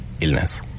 illness